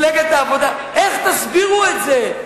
איך תסבירו את זה,